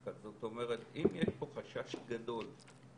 שהדיכוטומיה הזאת שאומרים לציבור: או שנעצור את הכלכלה בישראל,